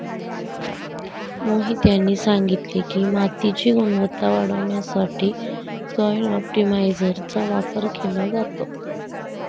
मोहित यांनी सांगितले की, मातीची गुणवत्ता वाढवण्यासाठी सॉइल ऑप्टिमायझरचा वापर केला जातो